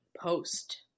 Post